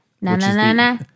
Na-na-na-na